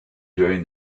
during